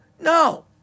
No